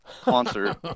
concert